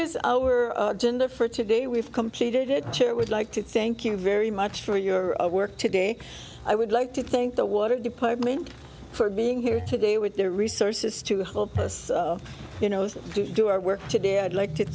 is our agenda for today we've completed chair would like to thank you very much for your work today i would like to thank the water department for being here today with their resources to help us you know to do our work today i'd like to